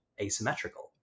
asymmetrical